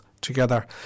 together